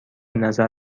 نظر